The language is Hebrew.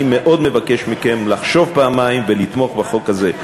אני מאוד מבקש מכם לחשוב פעמיים ולתמוך בחוק הזה.